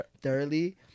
Thoroughly